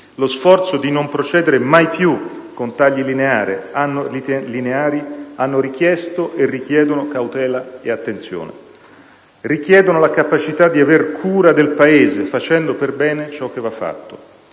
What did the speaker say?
lo sforzo di non procedere mai più con tagli lineari hanno richiesto e richiedono cautela e attenzione. Richiedono la capacità di aver cura del Paese, facendo per bene ciò che va fatto.